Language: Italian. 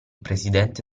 presidente